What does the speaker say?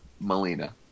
Melina